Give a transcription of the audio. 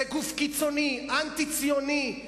זה גוף קיצוני, אנטי-ציוני.